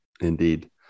indeed